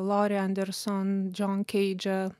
lori anderson džon keidžą